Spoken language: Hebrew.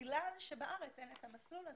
בגלל שבארץ אין את המסלול הזה.